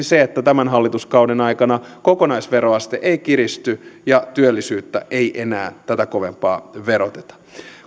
se että tämän hallituskauden aikana kokonaisveroaste ei kiristy ja työllisyyttä ei enää tätä kovempaa veroteta